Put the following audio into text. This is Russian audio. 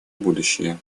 будущее